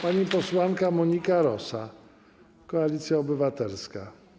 Pani posłanka Monika Rosa, Koalicja Obywatelska.